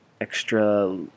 extra